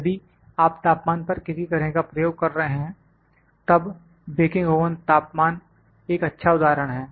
यदि आप तापमान पर किसी तरह का प्रयोग कर रहे हैं तब बेकिंग ओवन तापमान एक अच्छा उदाहरण है